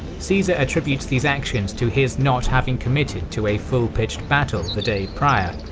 caesar attributes these actions to his not having committed to a full pitched battle the day prior,